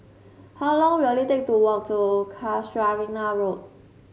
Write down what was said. how long will it take to walk to Casuarina Road